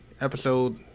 episode